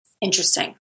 Interesting